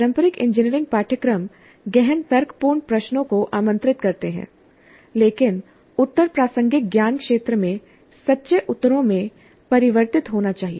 पारंपरिक इंजीनियरिंग पाठ्यक्रम गहन तर्कपूर्ण प्रश्नों को आमंत्रित करते हैं लेकिन उत्तर प्रासंगिक ज्ञान क्षेत्र में सच्चे उत्तरों में परिवर्तित होने चाहिए